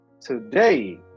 today